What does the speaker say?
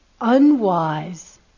unwise